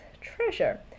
treasure